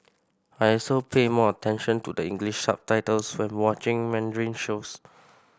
I also pay more attention to the English subtitles when watching Mandarin shows